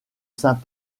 saint